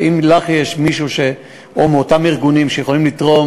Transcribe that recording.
אם ידוע לך על מישהו מאותם ארגונים שיכולים לתרום,